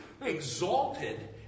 exalted